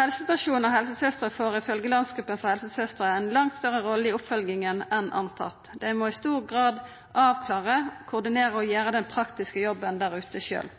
og helsesøstrer får ifølgje Landsgruppen av helsesøstre ein langt større rolle i oppfølginga enn antatt. Dei må i stor grad avklara, koordinera og gjera den praktiske jobben der ute sjølve.